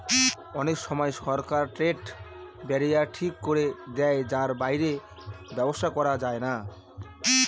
অনেক সময় সরকার ট্রেড ব্যারিয়ার ঠিক করে দেয় যার বাইরে ব্যবসা করা যায় না